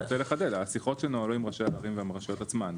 אני רוצה לחדד: השיחות שמנהלים ראשי הערים זה עם הרשויות עצמן,